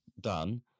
done